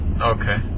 okay